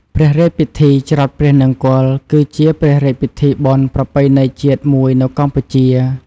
ព្រះរាជពិធី ច្រត់ព្រះនង្គ័ល គឺជាព្រះរាជពិធីបុណ្យប្រពៃណីជាតិមួយនៅកម្ពុជា។